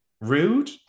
rude